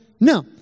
No